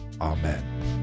Amen